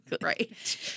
Right